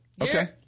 Okay